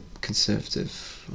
conservative